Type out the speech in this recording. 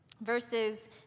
verses